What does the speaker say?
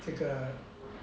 这个